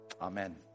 Amen